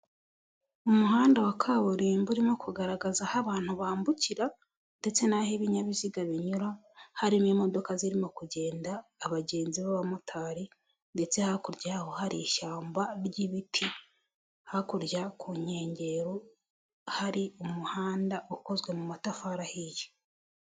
Umuhanda wa kaburimbo urimo kugaragaza aho abantu bambukira, ndetse n'aho ibinyabiziga binyura, harimo imodoka zirimo kugenda abagenzi b'abamotari, ndetse hakuryaho hari ishyamba ry'ibiti, hakurya ku nkengero hari umuhanda ukozwe mu matafari ahiye.